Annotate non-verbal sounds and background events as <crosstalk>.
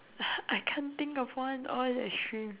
<breath> I can't think of one all is extreme